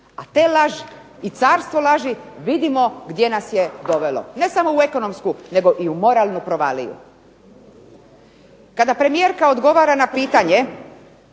A te laži i carstvo laži vidimo gdje nas je dovelo ne samo u ekonomsku, nego i u moralnu provaliju. Kada premijerka odgovara na pitanje